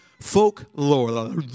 folklore